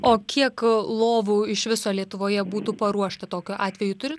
o kiek lovų iš viso lietuvoje būtų paruošta tokiu atveju turi